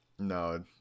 no